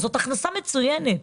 זאת הכנסה מצוינת,